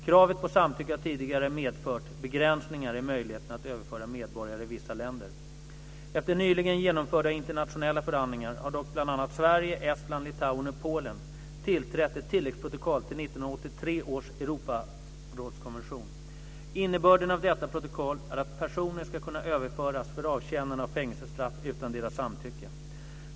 Kravet på samtycke har tidigare medfört begränsningar i möjligheten att överföra medborgare i vissa länder. Efter nyligen genomförda internationella förhandlingar har dock bl.a. Sverige, Estland, Litauen och Polen tillträtt ett tilläggsprotokoll till 1983 års Europarådskonvention. Innebörden av detta protokoll är att personer ska kunna överföras för avtjänande av fängelsestraff utan deras samtycke.